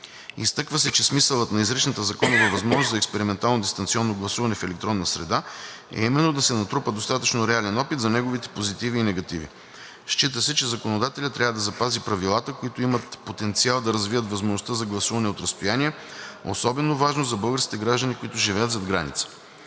Изтъква се, че смисълът на изричната законова възможност за експериментално дистанционно гласуване в електронна среда е именно да се натрупа достатъчно реален опит за неговите позитиви и негативи. Счита се, че законодателят трябва да запази правилата, които имат потенциал да развият възможността за гласуване от разстояние, особено важно за българските граждани, които живеят зад граница.